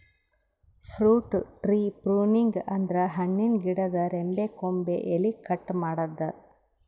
fruit tree pruning ಅಂದ್ರ ಹಣ್ಣಿನ್ ಗಿಡದ್ ರೆಂಬೆ ಕೊಂಬೆ ಎಲಿ ಕಟ್ ಮಾಡದ್ದ್